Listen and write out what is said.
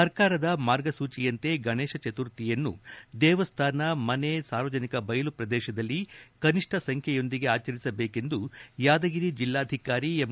ಸರ್ಕಾರದ ಮಾರ್ಗಸೂಚಿಯಂತೆ ಗಣೇಶ ಚತುರ್ಥಿಯನ್ನು ದೇವಸ್ಥಾನ ಮನೆ ಸಾರ್ವಜನಿಕ ಬಯಲು ಪ್ರದೇಶದಲ್ಲಿ ಕನಿಷ್ಠ ಸಂಖ್ಯೆಯೊಂದಿಗೆ ಆಚರಿಸಬೇಕೆಂದು ಯಾದಗಿರಿ ಜಿಲ್ಲಾಧಿಕಾರಿ ಎಂ